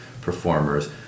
performers